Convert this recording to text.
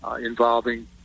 involving